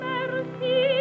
Merci